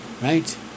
right